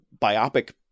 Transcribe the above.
biopic